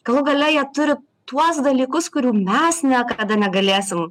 galų gale jie turi tuos dalykus kurių mes niekada negalėsim